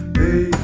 hey